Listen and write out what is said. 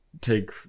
take